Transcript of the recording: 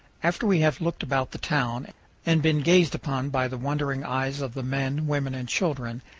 after we have looked about the town and been gazed upon by the wondering eyes of the men, women, and children,